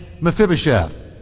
Mephibosheth